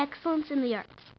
excellence in the arts